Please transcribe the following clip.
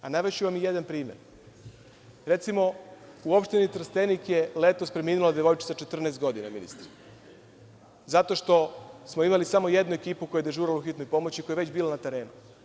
Navešću vam i jedan primer, recimo u opštini Trstenik je letos preminula devojčica sa 14 godina, ministre, zato što smo imali samo jednu ekipu koja je dežurala u hitnoj pomoći koja je već bila na terenu.